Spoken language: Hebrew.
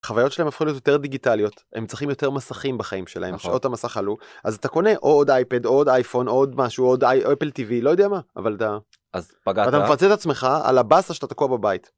חוויות שלהם הפכו יותר דיגיטליות הם צריכים יותר מסכים בחיים שלהם שעות המסך עלו אז אתה קונה עוד אייפד עוד אייפון עוד משהו עוד Apple TV לא יודע מה אבל אתה. אז אתה מפצה את עצמך על הבאסה שאתה תקוע בבית.